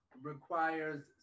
requires